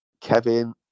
Kevin